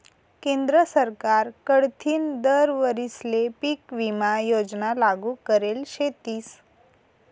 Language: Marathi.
केंद्र सरकार कडथीन दर वरीसले पीक विमा योजना लागू करेल शेतीस